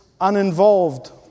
uninvolved